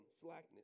slackness